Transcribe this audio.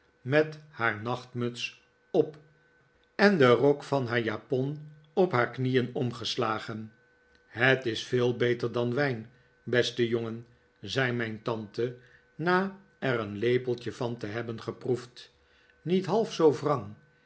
met haar nachtmuts op en den rok van haar japon op haar knieen omgeslagen het is veel beter dan wijn beste jongen zei mijn tante na er een lepeltje van te hebben geproefd niet half zoo